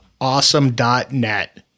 awesome.net